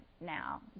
now